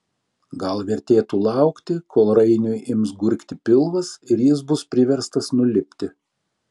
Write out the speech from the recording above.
gal vertėtų laukti kol rainiui ims gurgti pilvas ir jis bus priverstas nulipti